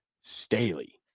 Staley